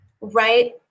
right